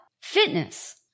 fitness